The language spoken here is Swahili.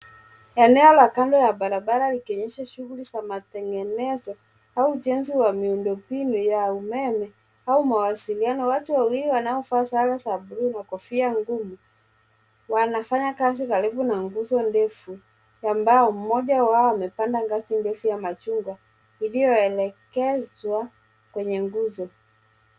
Eneo la kando ya barabara likionyesha shughuli za matengenezo au ujenzi wa miundo mbinu ya umeme au mawasilano. Watu wawili wanaovaa sare za buluu na kofia ngumu. Wanafanya kazi karibu na nguzo ndefu ambao mmoja wao amepanda ngazi ndefu ya machungwa iliyoelekezwa kwenye nguzo.